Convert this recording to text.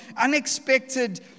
unexpected